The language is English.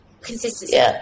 consistency